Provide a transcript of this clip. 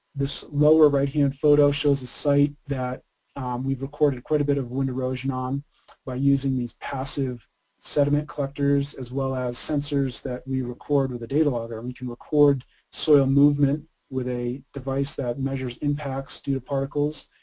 this lower righthand photo shows a site that we've recorded quite a bit of wind erosion on by using these passive sediment collectors, as well as sensors that we record with a data logger, and we can record soil movement with a device that measures impacts due to particles,